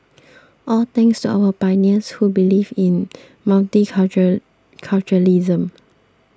all thanks our pioneers who believed in multi culture